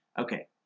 Okay